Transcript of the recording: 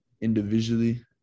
individually